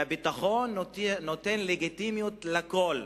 והביטחון נותן לגיטימיות לכול,